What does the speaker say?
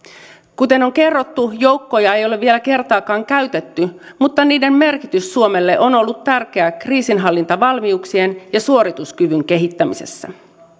kuten on kerrottu joukkoja ei ole vielä kertaakaan käytetty mutta niiden merkitys suomelle on ollut tärkeä kriisinhallintavalmiuksien ja suorituskyvyn kehittämisessä